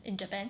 in Japan